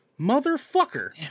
Motherfucker